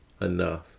enough